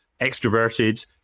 extroverted